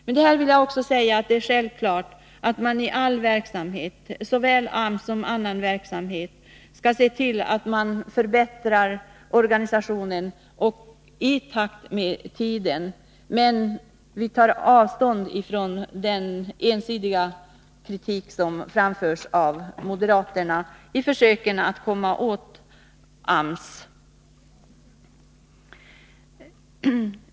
Men det är självklart att man i all verksamhet — såväl inom AMS som i annan verksamhet — skall se till att man förbättrar organisationen i pakt med tiden. Men vi tar avstånd från den ensidiga kritik som framförts av moderaterna i försöken att komma åt AMS.